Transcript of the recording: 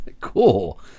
Cool